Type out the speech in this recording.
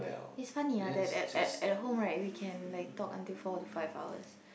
it's funny ah that at at at home right we can like talk until four to five hours